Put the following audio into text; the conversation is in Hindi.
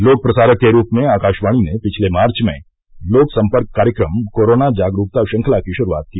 लोक प्रसारक के रूप में आकाशवाणी ने पिछले मार्च में लोक संपर्क कार्यक्रम कोरोना जागरूकता श्रंखला की श्रूआत की